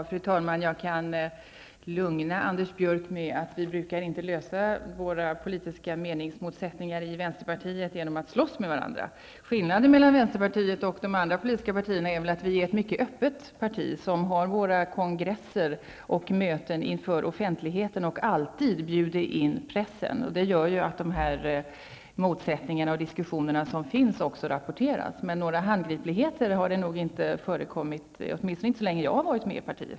Fru talman! Jag kan lugna Anders Björck med att säga att vi i vänsterpartiet inte brukar lösa våra politiska meningsmotsättningar genom att slåss med varandra. Skillnaden mellan vänsterpartiet och de andra politiska partierna är att vänsterpartiet är ett mycket öppet parti som har kongresser och möten inför offentligheten och alltid bjuder in pressen. Detta gör ju att motsättningar och diskussioner rapporteras. Några handgripligheter har det nog inte förekommit, åtminstone inte så länge som jag har varit med i partiet.